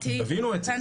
תבינו את זה,